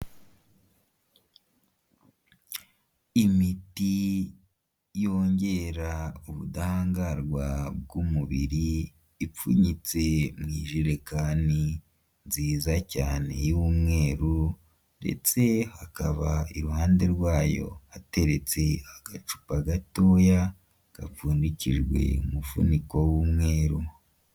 Imiti yongera ubudahangarwa bw'umubiri, ipfunyitse mu ijerekani nziza cyane y'umweruru ndetse hakaba iruhande rwayo hateretse agacupa gatoya gapfundikijwe umufuniko w'umweru.